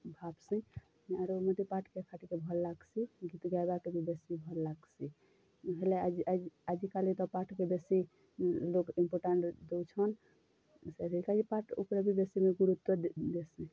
ଭାବ୍ସିଁ ଆରୁ ମୋତେ ପାଠ୍କେ ଫାଟ୍କେ ଭଲ୍ ଲାଗ୍ସି ଗୀତ୍ ଗାଏବାକେ ବି ବେଶୀ ଭଲ୍ ଲାଗ୍ସି ହେଲେ ଆଜି ଆଜିକାଲି ତ ପାଠ୍କେ ବେଶୀ ଲୋକ୍ ଇମ୍ପୋଟାଣ୍ଟ୍ ଦଉଛନ୍ ସେଥିରକାଜି ପାଠ୍ ଉପ୍ରେ ବି ବେଶୀ ଗୁରୁତ୍ଵ ଦେସିଁ